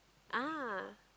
ah